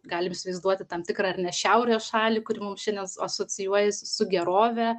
galim įsivaizduoti tam tikrą ar ne šiaurės šalį kuri mums šiandien asocijuojasi su gerove